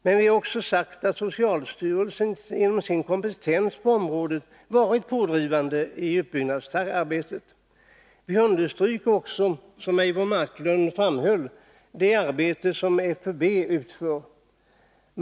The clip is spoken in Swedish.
Men vi har också sagt att socialstyrelsen genom sin kompetens på området varit pådrivande i utbyggnadsarbetet. Vi understryker också, som Eivor 113 Marklund framhöll, det arbete som FUB utfört.